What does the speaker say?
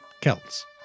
Celts